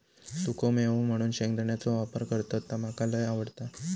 सुखो मेवो म्हणून शेंगदाण्याचो वापर करतत ता मका लय आवडता